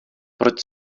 proč